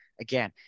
again